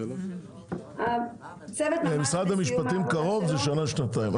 במשרד המשפטים, קרוב זה שנה-שנתיים.